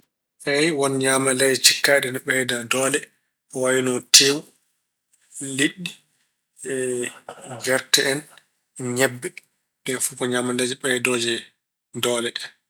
Eey, won ñaamaleeje cikkaaɗe ine ɓeyda doole wayno teewu, liɗɗi, gerte en, ñebbe. Ɗeen fof ko ñaamalleeje ɓeydooje doole.